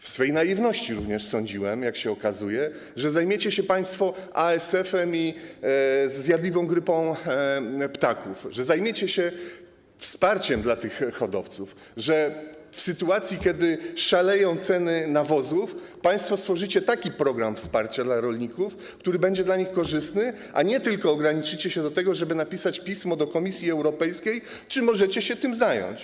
W swej naiwności, jak się okazuje, sądziłem również, że zajmiecie się państwo ASF-em i zjadliwą grypą ptaków, że zajmiecie się wsparciem dla tych hodowców, że w sytuacji kiedy szaleją ceny nawozów, państwo stworzycie program wsparcia dla rolników, który będzie dla nich korzystny, a nie tylko ograniczycie się do tego, żeby napisać pismo do Komisji Europejskiej o tym, czy możecie się tym zająć.